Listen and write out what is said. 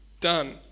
Done